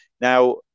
Now